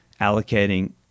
allocating